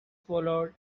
followed